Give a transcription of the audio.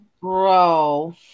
Bro